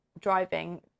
driving